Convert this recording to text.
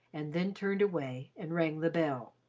and then turned away and rang the bell.